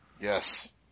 Yes